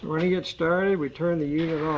i'm going to get started. we turn the unit